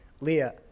Leah